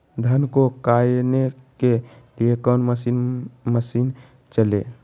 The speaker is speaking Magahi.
धन को कायने के लिए कौन मसीन मशीन चले?